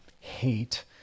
Hate